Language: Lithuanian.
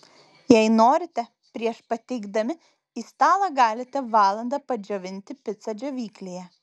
jei norite prieš pateikdami į stalą galite valandą padžiovinti picą džiovyklėje